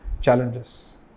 challenges